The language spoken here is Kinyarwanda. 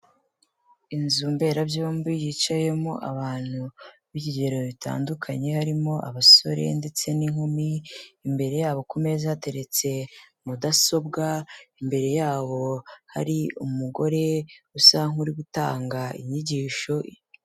Inzu mberabyombi yicayemo abantu b'ikigero bitandukanye, harimo abasore, ndetse n'inkumi. Imbere yabo ku meza hateretse mudasobwa, imbere yabo hari umugore usa nk'uri gutanga inyigisho.